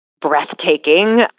breathtaking